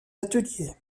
atelier